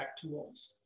tools